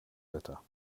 wetter